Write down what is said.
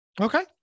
Okay